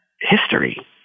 history